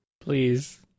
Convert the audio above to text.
Please